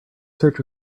search